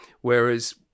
whereas